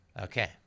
Okay